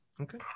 Okay